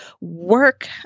work